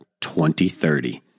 2030